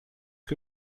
que